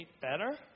better